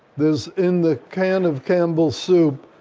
there's in the can of campbell's soup,